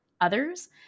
others